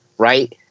right